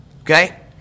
okay